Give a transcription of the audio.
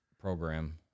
program